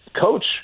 coach